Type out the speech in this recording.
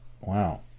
Wow